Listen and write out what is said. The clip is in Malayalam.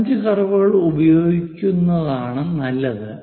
ഫ്രഞ്ച് കർവുകൾ ഉപയോഗിക്കുന്നതാണ് നല്ലത്